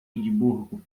edimburgo